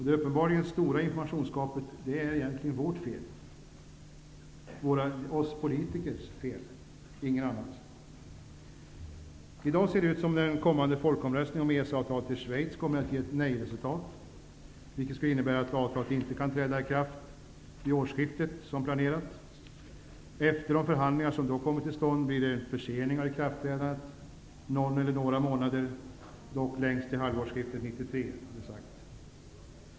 Det stora informationsgapet beror egentligen på oss politiker -- ingen annan. I dag ser det ut som om den kommande folkomröstningen om EES-avtalet i Schweiz kommer att ge nej-resultat, vilket skulle innebära att avtalet inte kan träda i kraft vid årsskiftet, som planerat. Efter de förhandlingar som då kommer till stånd blir det en försening av ikraftträdandet någon eller några månader -- dock längst till halvårsskiftet.